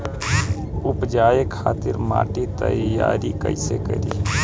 उपजाये खातिर माटी तैयारी कइसे करी?